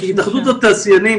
התאחדות התעשיינים,